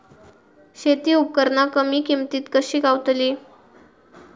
शेती उपकरणा कमी किमतीत कशी गावतली?